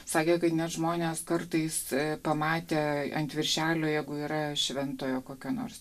sakė kad net žmonės kartais pamatę ant viršelio jeigu yra šventojo kokio nors